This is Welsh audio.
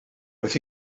roedd